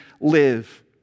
live